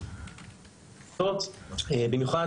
במיוחד,